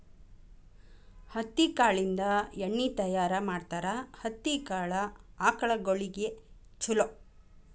ಹತ್ತಿ ಕಾಳಿಂದ ಎಣ್ಣಿ ತಯಾರ ಮಾಡ್ತಾರ ಹತ್ತಿ ಕಾಳ ಆಕಳಗೊಳಿಗೆ ಚುಲೊ